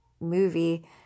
movie